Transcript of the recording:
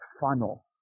funnel